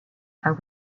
are